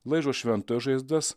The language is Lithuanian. laižo šventas žaizdas